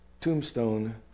tombstone